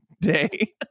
day